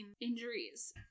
injuries